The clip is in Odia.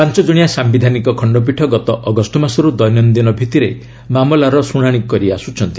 ପାଞ୍ଚଜଣିଆ ସାୟିଧାନିକ ଖଣ୍ଡପୀଠ ଗତ ଅଗଷ୍ଟ ମାସରୁ ଦେିନନ୍ଦିନ ଭିତ୍ତିରେ ମାମଲାର ଶୁଣାଣି କରି ଆସୁଛନ୍ତି